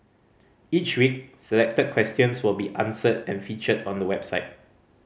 each week selected questions will be answered and featured on the website